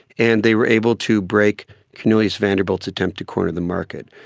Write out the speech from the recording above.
and they were able to break cornelius vanderbilt's attempt to corner the market.